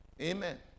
Amen